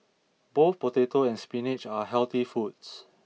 both potato and spinach are healthy foods